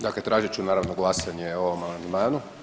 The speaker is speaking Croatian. Dakle, tražit ću naravno glasanje o ovom amandmanu.